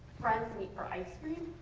friends meet for ice cream.